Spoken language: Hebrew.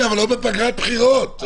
אבל לא בפגרת בחירות.